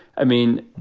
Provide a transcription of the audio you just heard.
i mean,